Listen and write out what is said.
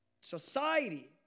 society